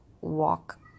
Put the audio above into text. walk